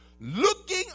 looking